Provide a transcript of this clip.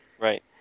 Right